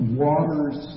waters